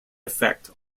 effect